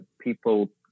people